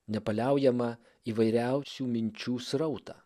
nepaliaujamą įvairiausių minčių srautą